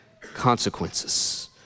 consequences